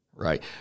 right